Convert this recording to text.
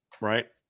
right